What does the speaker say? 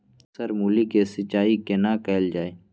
Sir मूली के सिंचाई केना कैल जाए?